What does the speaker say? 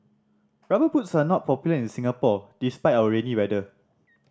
Rubber Boots are not popular in Singapore despite our rainy weather